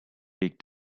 week